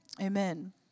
amen